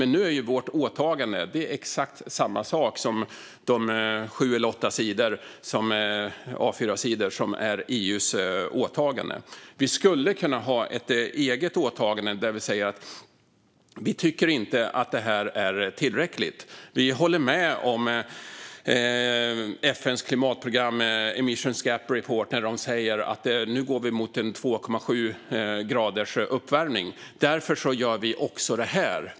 Nu är dock vårt åtagande exakt detsamma som de sju eller åtta A4-sidor som är EU:s åtagande. Vi skulle kunna ha ett eget åtagande där vi säger: Vi tycker inte att detta är tillräckligt. Vi håller med FN:s Emissions Gap Report som säger att vi nu går mot 2,7 graders uppvärmning, och därför gör vi också det här.